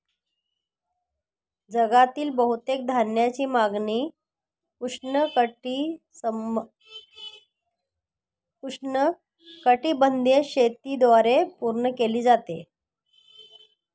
जगातील बहुतेक धान्याची मागणी उष्णकटिबंधीय शेतीद्वारे पूर्ण केली जाते